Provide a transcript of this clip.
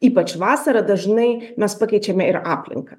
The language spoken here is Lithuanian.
ypač vasarą dažnai mes pakeičiame ir aplinką